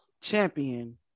champion